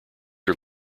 are